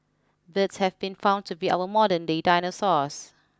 birds have been found to be our modernday dinosaurs